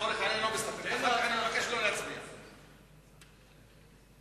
לצורך העניין, אני לא מסתפק, חמד עמאר?